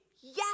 yes